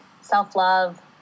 self-love